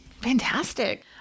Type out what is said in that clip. Fantastic